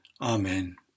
Amen